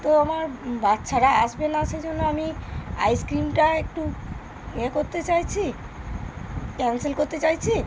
তো আমার বাচ্চারা আসবে না সেজন্য আমি আইসক্রিমটা একটু ইয়ে করতে চাইছি ক্যানসেল করতে চাইছি